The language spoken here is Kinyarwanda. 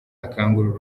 akangurira